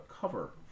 cover